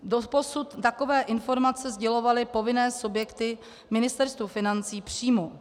Doposud takové informace sdělovaly povinné subjekty Ministerstvu financí přímo.